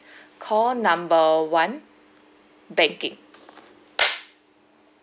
call number one banking